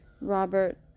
robert